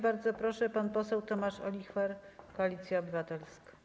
Bardzo proszę, pan poseł Tomasz Olichwer, Koalicja Obywatelska.